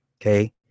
Okay